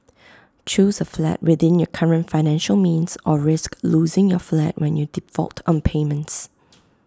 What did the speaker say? choose A flat within your current financial means or risk losing your flat when you default on payments